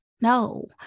no